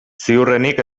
ziurrenik